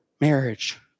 Marriage